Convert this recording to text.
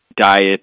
diet